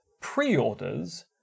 pre-orders